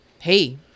hey